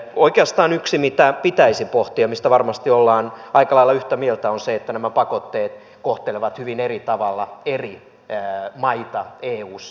oikeastaan yksi mitä pitäisi pohtia ja mistä varmasti ollaan aika lailla yhtä mieltä on se että nämä pakotteet kohtelevat hyvin eri tavalla eri maita eussa